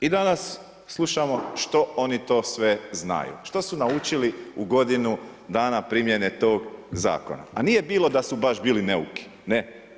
I danas slušamo što oni to sve znaju, što su naučili u godinu dana primjene tog zakona a nije bilo da su baš bili neuki, ne.